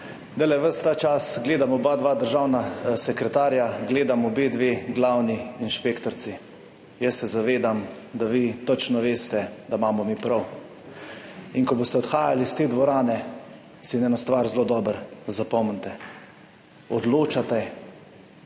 Zdajle ves ta čas gledam oba državna sekretarja, gledam obe glavni inšpektorici. Jaz se zavedam, da vi točno veste, da imamo mi prav, in ko boste odhajali iz te dvorane, si in eno stvar zelo dobro zapomnite, odločate